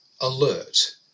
alert